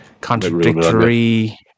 contradictory